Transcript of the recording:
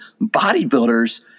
bodybuilders